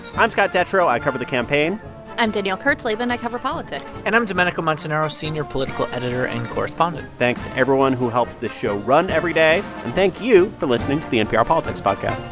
i'm scott detrow. i cover the campaign i'm danielle kurtzleben. i cover politics and i'm domenico montanaro, senior political editor and correspondent thanks to everyone who helps this show run every day. and thank you for listening to the npr politics podcast